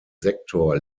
sektor